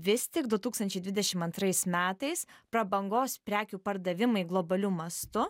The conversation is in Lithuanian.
vis tik du tūkstančiai dvidešim antrais metais prabangos prekių pardavimai globaliu mastu